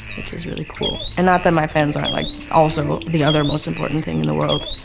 which is really cool. and not that my fans aren't like, also the other most important thing in the world.